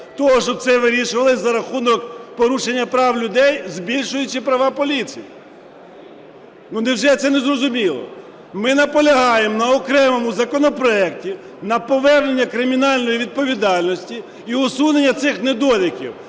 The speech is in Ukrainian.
проти, щоб це вирішувалось за рахунок порушення прав людей, збільшуючи права поліції. Ну, невже це незрозуміло? Ми наполягаємо на окремому законопроекті, на поверненні кримінальної відповідальності і усунення цих недоліків